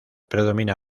predomina